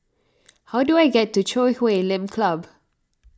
how do I get to Chui Huay Lim Club